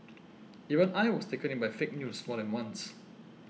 even I was taken in by fake news more than once